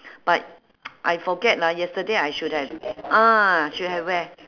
but I forget lah yesterday I should have ah should have wear